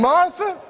Martha